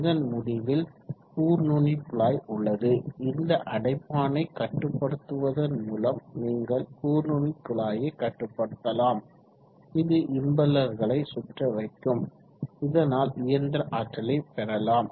இதன் முடிவில் கூர்நுனிக்குழாய் உள்ளது இந்த அடைப்பானை கட்டுப்படுத்துவதன் மூலம் நீங்கள் கூர்நுனிக்குழாயை கட்டுப்படுத்தலாம் இது இம்பெல்லர்களை சுற்ற வைக்கும் இதனால் இயந்திர ஆற்றலை பெறலாம்